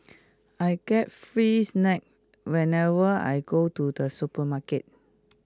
I get free snacks whenever I go to the supermarket